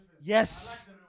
Yes